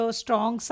strong